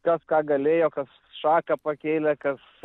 kas ką galėjo kas šaką pakėlė kas